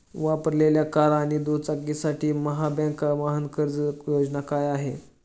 वापरलेल्या कार आणि दुचाकीसाठी महाबँक वाहन कर्ज योजना काय आहे?